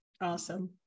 Awesome